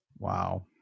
Wow